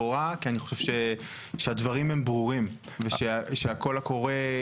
השרה תשמח להציע את הפיצוי הזה כי אני חושב שהוא משרת את